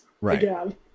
Right